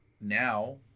now